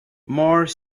more